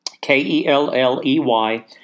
K-E-L-L-E-Y